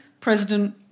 President